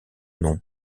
nom